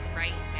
right